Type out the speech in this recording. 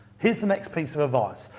here's the next piece of advice.